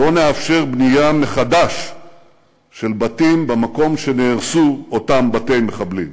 לא נאפשר בנייה מחדש של בתים במקום שבו נהרסו אותם בתי מחבלים,